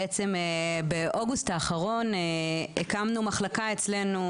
באוגוסט האחרון הקמנו מחלקה אצלנו,